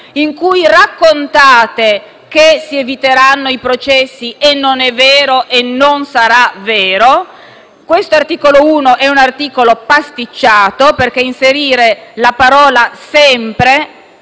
in cui raccontate che si eviteranno i processi (e non è vero e non sarà vero). L'articolo 1 è un articolo pasticciato perché inserite la parola «sempre»